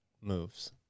moves